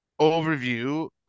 overview